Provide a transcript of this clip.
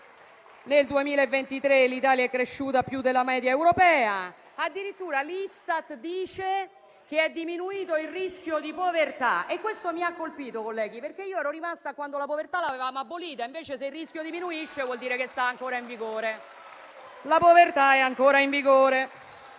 Nel 2023 l'Italia è cresciuta più della media europea. Addirittura, l'Istat dice che è diminuito il rischio di povertà. Questo mi ha colpito, colleghi, perché io ero rimasta a quando la povertà l'avevamo abolita. Invece, se il rischio diminuisce, vuol dire che è ancora in vigore. La povertà è ancora in vigore.